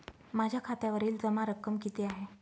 माझ्या खात्यावरील जमा रक्कम किती आहे?